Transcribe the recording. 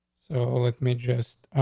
so let me just,